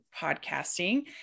podcasting